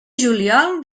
juliol